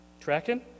Tracking